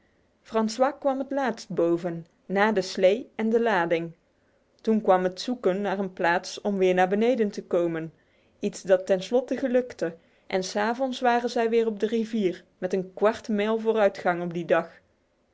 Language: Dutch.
francois kwam het laatst boven na de slee en de lading toen kwam het zoeken naar een plaats om weer naar beneden te komen iets dat ten slotte gelukte en s avonds waren zij weer op de rivier met een kwart mijl vooruitgang op die dag